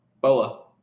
Bola